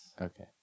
Okay